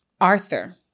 Arthur